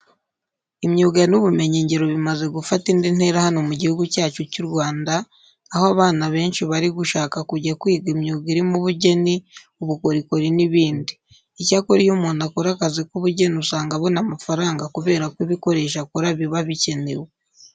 Imyuga n'ubumenyingiro bimaze gufata indi ntera hano mu Gihugu cyacu cy'u Rwanda, aho abana benshi bari gushaka kujya kwiga imyuga irimo ubugeni, ubukorikori n'ibindi. Icyakora iyo umuntu akora akazi k'ubugeni usanga abona amafaranga kubera ko ibikoresho akora biba bikenewe.